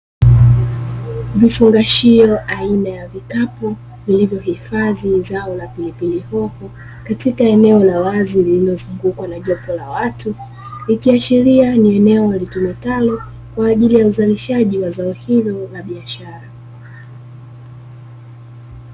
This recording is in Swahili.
Vifungashio aina ya vikapu, vilivyohifadhi zao la pilipili hoho katika eneo la wazi lililozungukwa na jopo la watu, ikiashiria ni eneo walitumialo kwa ajili ya uzalishaji wa zao hilo la biashara.